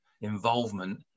involvement